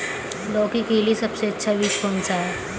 लौकी के लिए सबसे अच्छा बीज कौन सा है?